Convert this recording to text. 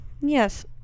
Yes